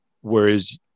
whereas